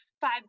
five